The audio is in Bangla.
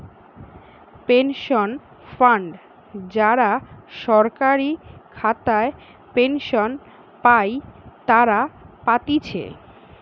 পেনশন ফান্ড যারা সরকারি খাতায় পেনশন পাই তারা পাতিছে